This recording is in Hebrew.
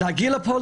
להגיע לפה,